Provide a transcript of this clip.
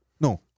No